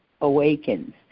awakens